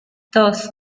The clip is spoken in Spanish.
dos